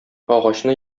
агачны